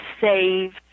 save